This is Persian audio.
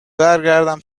برگردم